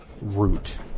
root